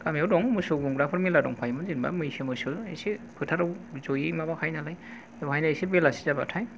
गामियाव दं मोसौ गुमग्राफोर मेल्ला दंखायोमोन जेनेबा मैसो मोसौ ऐसे फोथाराव जयै माबाखायोनालाय बेवहायनो एसे बेलासे जाबाथाय